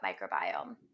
microbiome